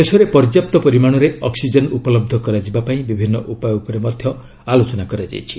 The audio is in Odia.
ଦେଶରେ ପର୍ଯ୍ୟାପ୍ତ ପରିମାଣରେ ଅକ୍ସିଜେନ୍ ଉପଲହ୍ଧ କରାଯିବା ପାଇଁ ବିଭିନ୍ନ ଉପାୟ ଉପରେ ମଧ୍ୟ ଆଲୋଚନା କରାଯାଇଛି